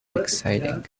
exciting